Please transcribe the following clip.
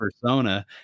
persona